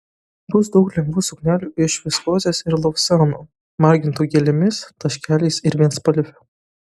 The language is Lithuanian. bus daug lengvų suknelių iš viskozės ir lavsano margintų gėlėmis taškeliais ir vienspalvių